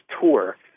tour